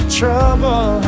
trouble